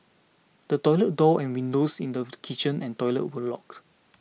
the toilet door and windows in the kitchen and toilet were locked